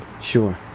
sure